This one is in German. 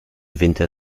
winter